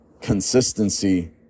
consistency